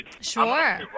sure